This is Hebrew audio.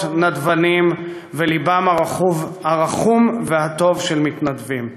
ונדבנים ובלבם הרחום והטוב של מתנדבים.